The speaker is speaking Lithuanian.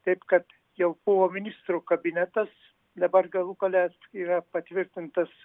taip kad jau buvo ministrų kabinetas dabar galų gale yra patvirtintas